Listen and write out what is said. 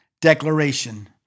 declaration